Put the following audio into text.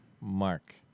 Mark